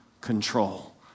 control